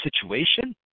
situation